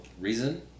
reason